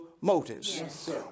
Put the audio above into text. motives